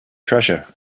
treasure